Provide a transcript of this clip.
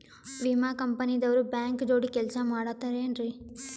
ವಿಮಾ ಕಂಪನಿ ದವ್ರು ಬ್ಯಾಂಕ ಜೋಡಿ ಕೆಲ್ಸ ಮಾಡತಾರೆನ್ರಿ?